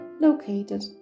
located